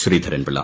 Sreedharan Pillai